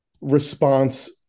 response